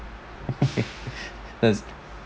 that's